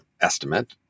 estimate